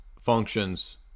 functions